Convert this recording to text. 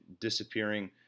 disappearing